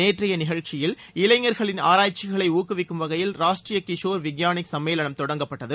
நேற்றைய நிகழ்ச்சியில் இளைஞர்களின் ஆராய்ச்சிகளை ஊக்குவிக்கும் வகையில் ராஷ்ட்ரிய கிஷோர் விக்யானிக் சம்மேளனம் தொடங்கப்பட்டது